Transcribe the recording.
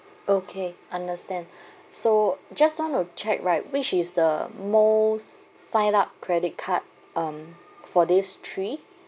okay understand so just want to check right which is the most signed up credit card um for these three